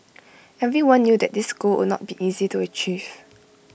everyone knew that this goal would not be easy to achieve